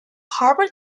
harbor